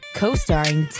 co-starring